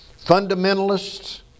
fundamentalists